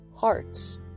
hearts